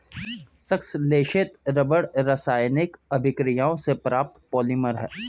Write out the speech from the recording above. संश्लेषित रबर रासायनिक अभिक्रियाओं से प्राप्त पॉलिमर है